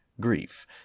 grief